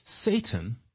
Satan